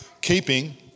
keeping